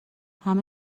همه